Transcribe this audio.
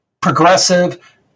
Progressive